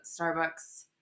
Starbucks